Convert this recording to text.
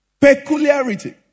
Peculiarity